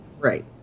Right